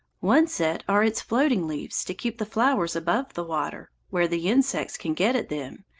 one set are its floating leaves to keep the flowers above the water, where the insects can get at them,